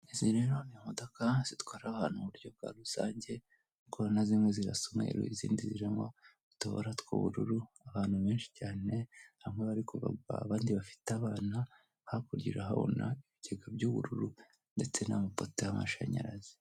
Izi rero ni imodoka zitwara abantu mu buryo bwa rusange, ngo na zimwe zirasa umweru izindi zirimo utubara tw'ubururu, abantu benshi cyane, bamwe bari kuva guhaha abandi bafite abana, hakurya urahabona ibigega by'ubururu, ndetse n'amapoto y'amashanyarazi.